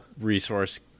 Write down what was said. Resource